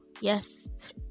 Yes